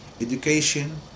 education